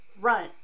run